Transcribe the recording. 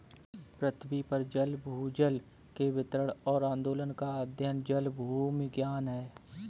पृथ्वी पर जल भूजल के वितरण और आंदोलन का अध्ययन जलभूविज्ञान है